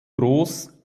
groß